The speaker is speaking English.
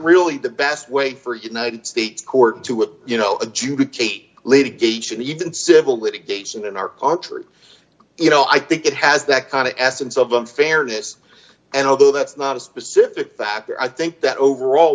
really the best way for united states court to you know adjudicate lady gage and even civil litigation in our country you know i think it has that kind of essence of unfairness and although that's not a specific factor i think that overall